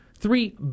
three